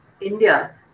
India